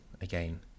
Again